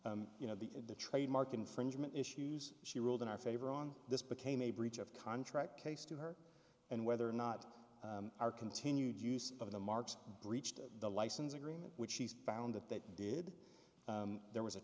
you know the trademark infringement issues she ruled in our favor on this became a breach of contract case to her and whether or not our continued use of the marks breached the license agreement which she found that they did there was a